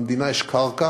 למדינה יש קרקע